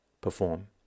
perform